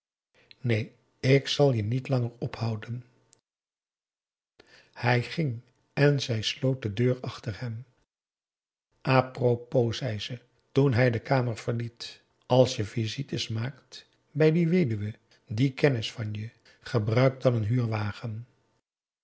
neen ik zal je niet langer ophouden hij ging en zij sloot de deur achter hem a propos zei ze toen hij de kamer verliet als je visites maakt bij die weduwe die kennis van je gebruik dan een